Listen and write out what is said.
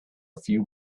few